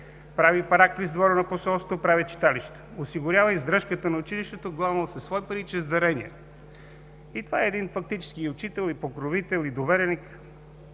прави параклис в двора на посолството, прави читалища. Осигурява издръжката на училището главно със свои пари и чрез дарения. Това фактически е един учител, покровител и довереник.